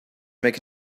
make